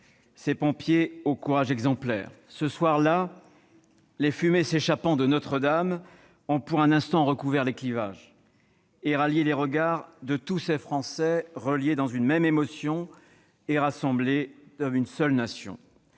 ces pompiers au courage exemplaire. Ce soir-là, les fumées s'échappant de Notre-Dame ont pour un instant recouvert les clivages et rallié les regards de tous ces Français reliés dans une même émotion et rassemblés comme une seule nation.